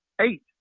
eight